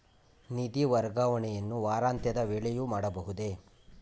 ನಿಧಿ ವರ್ಗಾವಣೆಯನ್ನು ವಾರಾಂತ್ಯದ ವೇಳೆಯೂ ಮಾಡಬಹುದೇ?